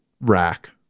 rack